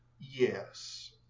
Yes